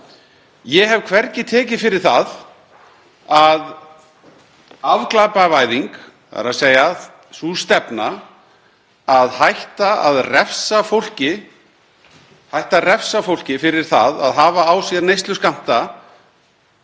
Ég hef hvergi tekið fyrir það að afglæpavæðing geti verið skynsamleg, þ.e. sú stefna að hætta að refsa fólki fyrir það að hafa á sér neysluskammta,